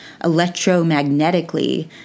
electromagnetically